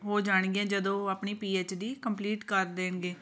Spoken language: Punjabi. ਹੋ ਜਾਣਗੀਆਂ ਜਦੋਂ ਉਹ ਆਪਣੀ ਪੀ ਐੱਚ ਡੀ ਕੰਪਲੀਟ ਕਰ ਦੇਣਗੇ